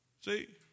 See